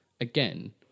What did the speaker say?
again